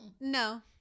No